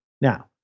Now